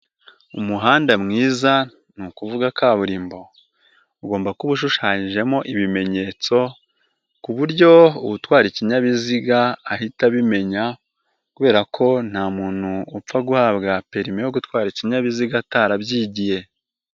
Umuhanda mwiza ni ukuvuga kaburimbo, ugomba kuba ushushanyijemo ibimenyetso, ku buryo utwara ikinyabiziga ahita abimenya kubera ko nta muntu upfa guhabwa perime yo gutwara ikinyabiziga atarabyigiye.